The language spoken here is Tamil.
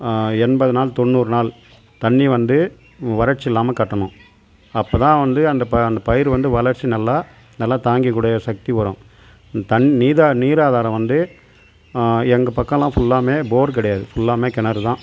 எண்பது நாள் தொண்ணூறு நாள் தண்ணி வந்து வறட்சி இல்லாமல் காட்டணும் அப்போ தான் வந்து அந்த ப பயிர் வந்து வளர்ச்சி நல்லா நல்லா தாங்கி கூடிய சக்தி வரும் தண் நீர் ஆதாரம் வந்து எங்கள் பக்கம்லாம் ஃபுல்லாவுமே போர் கிடையாது ஃபுல்லாவுமே கிணறு தான்